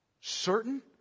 certain